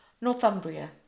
northumbria